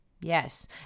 Yes